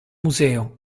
museo